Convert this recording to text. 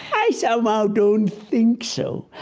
i somehow don't think so.